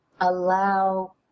allow